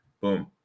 boom